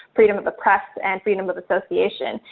freedom of the press, and freedom of association.